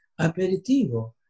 Aperitivo